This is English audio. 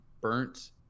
burnt